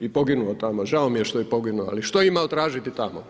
i poginuo tamo, žao mi je što je poginuo ali što je imao tražiti tamo?